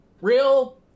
Real